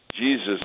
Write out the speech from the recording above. Jesus